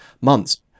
months